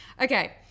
Okay